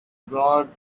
brought